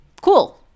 cool